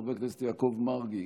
חבר הכנסת יעקב מרגי,